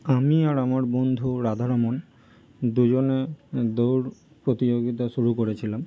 আমি আর আমার বন্ধু রাধারমণ দুজনে দৌড় প্রতিযোগিতা শুরু করেছিলাম